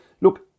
Look